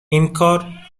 اینکار